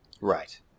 Right